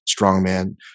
strongman